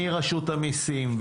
מרשות המיסים,